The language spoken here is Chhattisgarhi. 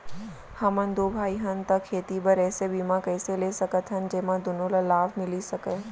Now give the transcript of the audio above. हमन दू भाई हन ता खेती बर ऐसे बीमा कइसे ले सकत हन जेमा दूनो ला लाभ मिलिस सकए?